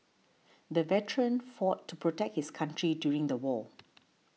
the veteran fought to protect his country during the war